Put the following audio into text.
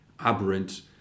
aberrant